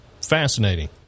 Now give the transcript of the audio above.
fascinating